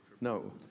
No